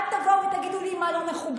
אל תבואו ותגידו לי מה לא מכובד,